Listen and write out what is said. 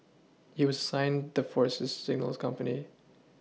he was assigned the force's signals company